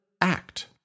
act